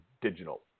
digital